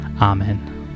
Amen